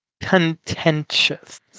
contentious